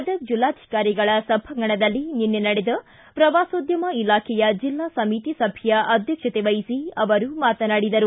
ಗದಗ ಜಿಲ್ಲಾಧಿಕಾರಿಗಳ ಸಭಾಂಗಣದಲ್ಲಿ ನಿನ್ನೆ ನಡೆದ ಪ್ರವಾಸೋಧ್ಯಮ ಇಲಾಖೆಯ ಜಿಲ್ಲಾ ಸಮಿತಿ ಸಭೆಯ ಅಧ್ಯಕ್ಷತೆ ವಹಿಸಿ ಅವರು ಮಾತನಾಡಿದರು